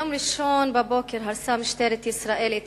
ביום ראשון בבוקר הרסה משטרת ישראל את